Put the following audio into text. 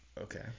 Okay